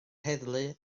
heddlu